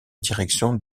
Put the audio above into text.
direction